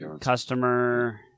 Customer